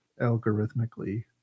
algorithmically